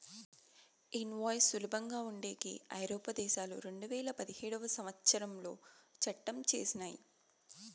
invoice సులభంగా ఉండేకి ఐరోపా దేశాలు రెండువేల పదిహేడవ సంవచ్చరంలో చట్టం చేసినయ్